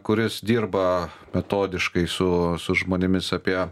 kuris dirba metodiškai su su žmonėmis apie